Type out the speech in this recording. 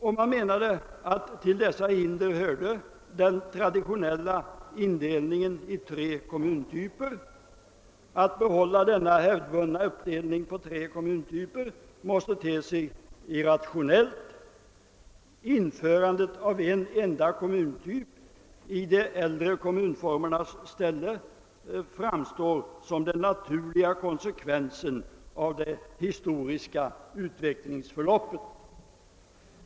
Och man menade att till dessa hinder hörde den traditionella indelningen i tre kommuntyper. Att behålla denna: hävdvunna uppdelning på tre kommuntyper:måste te sig irrationellt. Införandet av en enda kommuntyp i de äldre kommunformernas ställe framstår som den naturliga konsekvensen av det historiska utvecklingsförloppet.